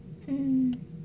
mm